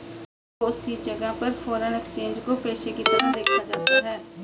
बहुत सी जगह पर फ़ोरेन एक्सचेंज को पेशे के तरह देखा जाता है